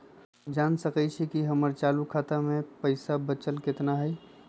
हम जान सकई छी कि हमर चालू खाता में पइसा बचल कितना हई